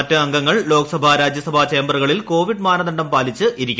മറ്റ് അംഗങ്ങൾ ലോക്സഭ രാജ്യസഭ ചേസ്തുകളിൽ കോവിഡ് മാനദണ്ഡം പാലിച്ച് ഇരിക്കും